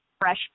fresh